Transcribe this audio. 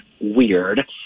weird